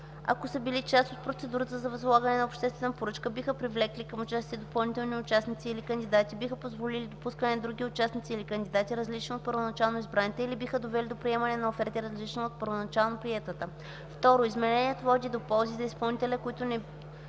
ако са били част от процедурата за възлагане на обществена поръчка, биха привлекли към участие допълнителни участници или кандидати, биха позволили допускането на други участници или кандидати, различни от първоначално избраните, или биха довели до приемане на оферта, различна от първоначално приетата; 2. изменението води до ползи за изпълнителя, които не